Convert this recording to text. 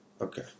Okay